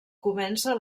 comença